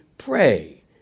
Pray